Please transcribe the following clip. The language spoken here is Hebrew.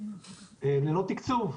ללא תקצוב.